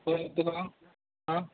कळ्ळें तुका आं